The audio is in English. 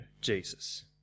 Jesus